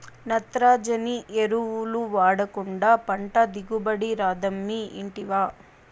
నత్రజని ఎరువులు వాడకుండా పంట దిగుబడి రాదమ్మీ ఇంటివా